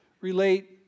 relate